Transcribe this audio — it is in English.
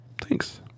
Thanks